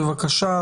בבקשה,